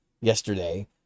yesterday